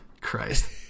Christ